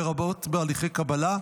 לרבות בהליכי קבלה,